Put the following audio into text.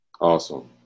Awesome